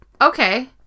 Okay